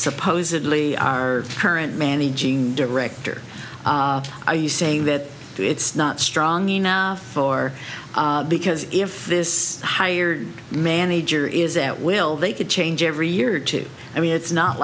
supposedly our current managing richter are you saying that it's not strong enough for because if this hired manager is at will they could change every year or two i mean it's not